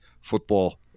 football